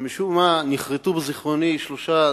ומשום מה נחרתו בזיכרוני שלושה